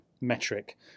metric